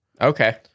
Okay